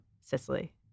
Sicily